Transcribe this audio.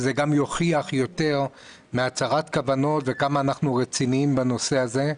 וזה גם יוכיח יותר מהצהרת כוונות וכמה אנחנו רציניים בנושא הזה.